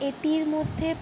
এটির মধ্যে